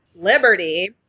Liberty